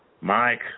Mike